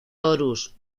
horus